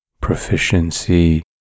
proficiency